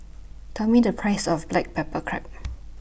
Tell Me The Price of Black Pepper Crab